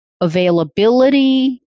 availability